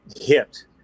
hit